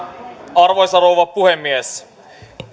arvoisa rouva puhemies